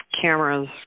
cameras